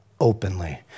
openly